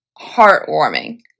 heartwarming